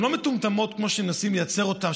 הן לא מטומטמות כמו שמנסים לצייר אותן,